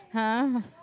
!huh!